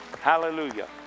Hallelujah